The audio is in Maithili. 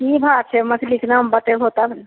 की भाव छै मछलीके दाम बतेबहो तब ने